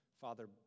Father